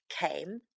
came